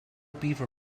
beaver